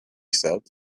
said